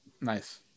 Nice